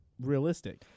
realistic